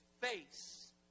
face